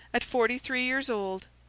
at forty-three years old,